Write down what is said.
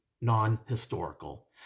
Non-historical